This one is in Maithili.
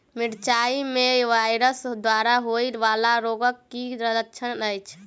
मिरचाई मे वायरस द्वारा होइ वला रोगक की लक्षण अछि?